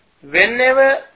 whenever